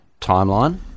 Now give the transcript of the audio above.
timeline